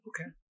Okay